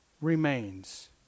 remains